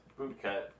bootcut